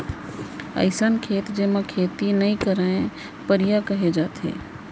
अइसन खेत जेमा खेती नइ करयँ परिया कहे जाथे